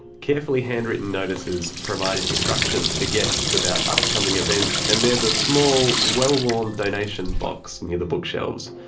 carefully handwritten notices provide instructions to guests about upcoming events and there's a small, well-worn donation box near the bookshelves.